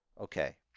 okay